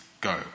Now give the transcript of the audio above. Go